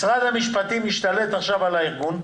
משרד המשפטים ישתלט עכשיו על הארגון.